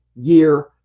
year